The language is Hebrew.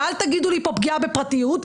ואל תגידו לי פה פגיעה בפרטיות,